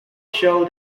show